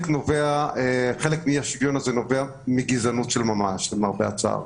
מאי-השוויון נובע מגזענות של ממש לצערי.